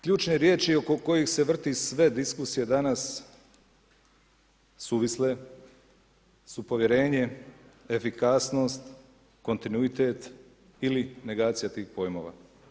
Ključne riječi oko kojih se vrte sve diskusije danas, suvisle, su povjerenje, efikasnost, kontinuitet ili negacija tih pojmova.